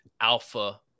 alpha